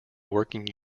working